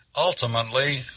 ultimately